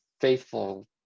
faithful